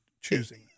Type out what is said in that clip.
choosing